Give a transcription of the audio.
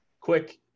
Quick